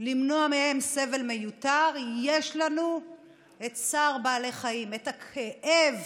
למנוע מהם סבל מיותר, יש לנו צער בעלי חיים, הכאב